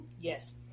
Yes